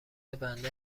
بنده